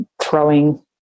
throwing